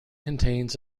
contains